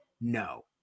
No